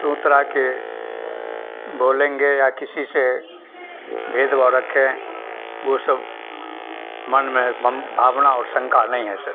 तू तड़ाके बोलेंगे या किसी से भेदभाव रखे वह सब मन में भ भावना और शंका नही हैं से